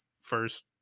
first